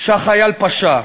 שהחייל פשע?